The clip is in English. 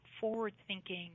forward-thinking